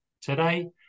today